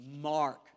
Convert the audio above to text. Mark